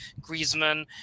Griezmann